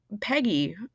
Peggy